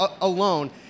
alone